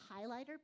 highlighter